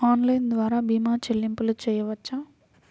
Online ద్వార భీమా చెల్లింపులు చేయవచ్చా?